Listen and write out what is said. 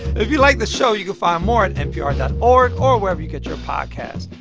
if you liked the show, you can find more at npr dot org or wherever you get your podcasts,